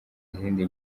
izindi